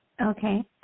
Okay